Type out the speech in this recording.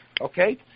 okay